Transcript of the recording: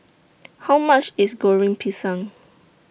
How much IS Goreng Pisang